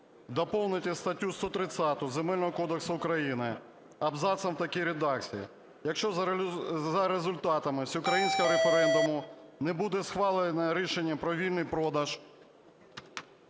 Доповнити статтю 130 Земельного кодексу України абзацом в такій редакції: "Якщо за результатами всеукраїнського референдуму не буде схвалено рішення про вільний продаж